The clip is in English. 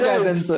Yes